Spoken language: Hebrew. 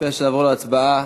לפני שנעבור להצבעה,